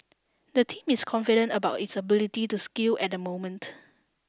the team is confident about its ability to scale at the moment